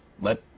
Let